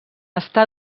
està